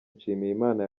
nshimiyimana